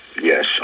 yes